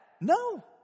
No